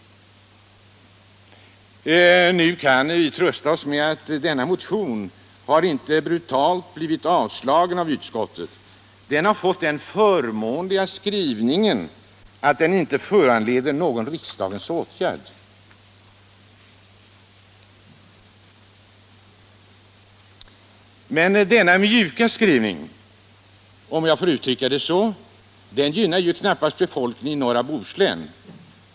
Nu kan vi emellertid trösta oss med att denna motion inte har blivit avstyrkt av utskottet, utan bara har fått den förmånliga skrivningen att den ”inte föranleder någon riksdagens åtgärd”. Men denna mjuka skrivning, om jag får uttrycka det så, gynnar knappast befolkningen i norra Bohuslän.